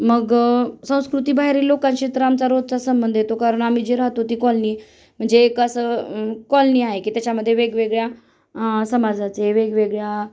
मग संस्कृती बाहेरील लोकांशी तर आमचा रोजचा संबंध येतो कारण आम्ही जे राहतो ती कॉलनी म्हणजे एक असं कॉलनी आहे की त्याच्यामध्ये वेगवेगळ्या समाजाचे वेगवेगळ्या